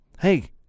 hey